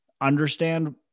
understand